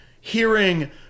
hearing